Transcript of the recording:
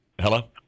Hello